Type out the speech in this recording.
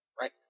right